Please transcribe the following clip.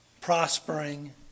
prospering